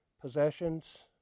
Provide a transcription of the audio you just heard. possessions